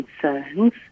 concerns